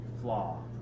flaw